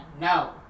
No